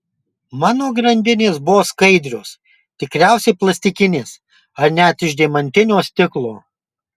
mano grandinės buvo skaidrios tikriausiai plastikinės ar net iš deimantinio stiklo